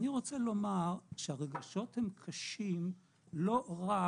אני רוצה לומר שהרגשות הם קשים לא רק